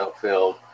filled